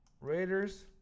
Raiders